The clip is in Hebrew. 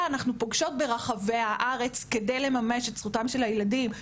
אנחנו פוגשות ברחבי הארץ על מנת לממש את זכותם של הילדים,